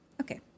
Okay